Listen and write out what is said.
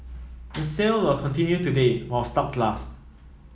the sale will continue today while stocks last